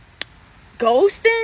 ghosting